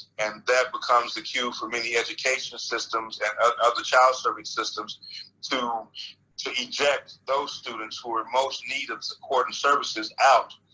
and that becomes the cue for many education systems and other child-service systems to to eject those students who are in most need of support and services out.